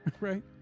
right